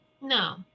No